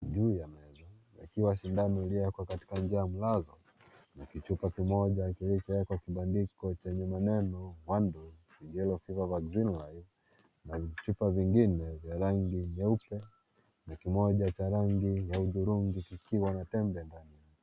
Juu ya meza yakiwa sindanoiliyowekwa kwa njia ya mlazo na kichupa kimoja kilichowekwa kibandiko chenye maneno 1 dose, yellow fever vaccine, live na vichupa vingine vya rangi nyeupe na kimoja cha rangi ya hudhurungi kikiwa na tembe ndani.